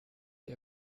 die